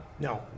No